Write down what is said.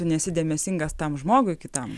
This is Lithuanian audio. tu nesi dėmesingas tam žmogui kitam